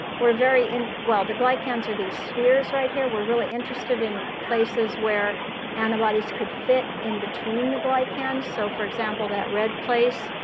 we're very in well, the glycans are these spheres right here. we're really interested in places where antibodies could fit in between the glycan. so for example, that red place,